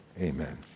amen